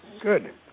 Good